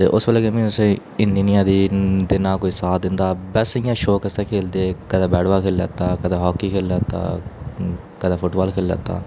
ते उस बैल्ले गेमिंग इंडस्ट्री इन्नी नि ऐ ही ते ना कोई साथ दिंदे बैसे इयां शौक आस्तै खेलदे हे कदें बैट बाल खेली लैता कदें हाकी खेली लैता कदें फुट बाल खेली लैता